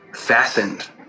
Fastened